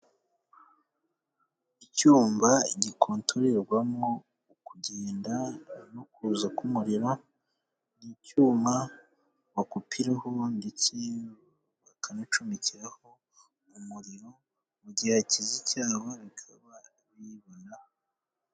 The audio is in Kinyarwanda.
Icyuma gikontorerwamo ukugenda no kuza k'umuriro, ni icyuma bakupiraho ndetse bakanacumekeraho umuriro mu gihe hakiza icyaha bikaba bibona.